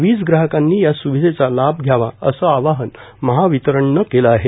वीज ग्राहकांनी या स्विधेचा लाभ घ्यावा असे आवाहन महावितरणने केले आहे